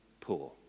poor